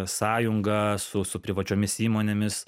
sąjunga su su privačiomis įmonėmis